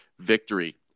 victory